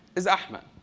is ahmed.